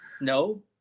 No